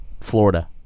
Florida